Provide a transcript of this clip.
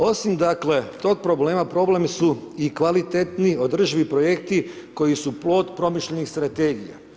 Osim dakle tog problema, problem su i kvalitetni održivi projekti koji su plod promišljenih strategija.